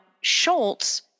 Schultz